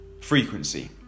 frequency